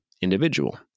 individual